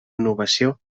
innovació